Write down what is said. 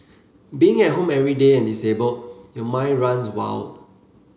being at home every day and disabled your mind runs wild